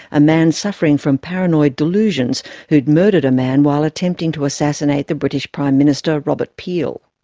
a man suffering from paranoid delusions, who had murdered a man while attempting to assassinate the british prime minister, robert peel.